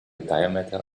diameter